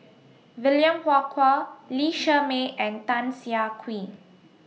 William Farquhar Lee Shermay and Tan Siah Kwee